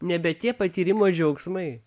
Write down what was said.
nebe tie patyrimo džiaugsmai